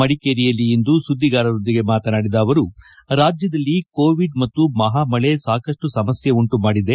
ಮಡಿಕೇರಿಯಲ್ಲಿ ಇಂದು ಸುದ್ದಿಗಾರರೊಂದಿಗೆ ಮಾತನಾಡಿದ ಅವರು ರಾಜ್ಯದಲ್ಲಿ ಕೋವಿಡ್ ಮತ್ತು ಮಹಾ ಮಳೆ ಸಾಕಪ್ಪು ಸಮಸ್ತೆ ಉಂಟು ಮಾಡಿದೆ